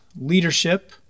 leadership